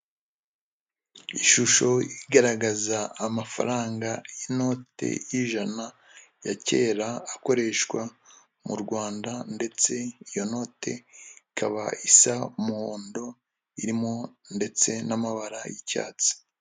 Ishusho igaragaza amafaranga y'inote y'ijana ya kera yakoreshwaga mu Rwanda ndetse iyo note ikaba isa umuhondo irimo ndetse n'amabara y'icyatsi.